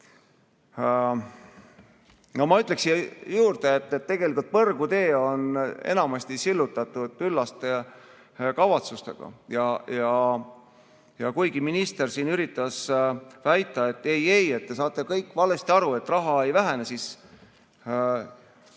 Ma ütleksin siia juurde, et põrgutee on enamasti sillutatud üllaste kavatsustega. Kuigi minister siin üritas väita, et ei-ei, te saate kõik valesti aru, raha ei vähene, siis eelnõu